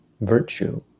virtue